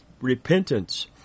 repentance